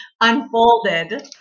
unfolded